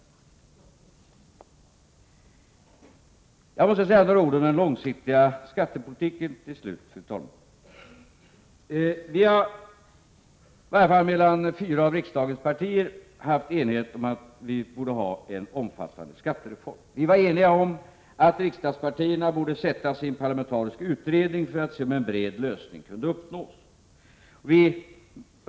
Jag måste till slut säga några ord om den långsiktiga skattepolitiken. Det har i varje fall mellan fyra av riksdagens partier rått enighet om att det borde göras en omfattande skattereform. Vi var eniga om att riksdagspartierna borde sätta sig ned i en parlamentarisk utredning för att undersöka om en bred lösning kunde uppnås.